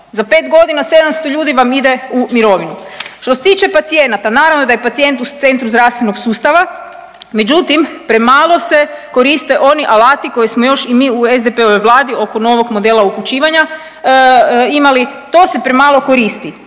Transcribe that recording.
Za pet godina 700 ljudi vam ide u mirovinu. Što se tiče pacijenata naravno da je pacijent u centru zdravstvenog sustava, međutim premalo se koriste oni alati koje smo još i mi u SDP-ovoj Vladi oko novog modela upućivanja imali, to se premalo koristi.